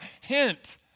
hint